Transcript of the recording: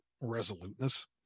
resoluteness